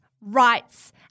rights